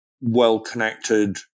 well-connected